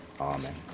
Amen